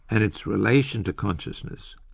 and its relation to consciousness,